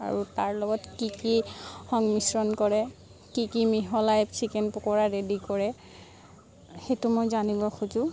আৰু তাৰ লগত কি কি সংমিশ্ৰণ কৰে কি কি মিহলাই চিকেন পকৰা ৰেডি কৰে সেইটো মই জানিব খোজোঁ